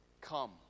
come